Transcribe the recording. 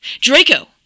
Draco